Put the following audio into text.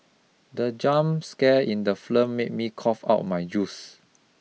the jump scare in the film made me cough out my juice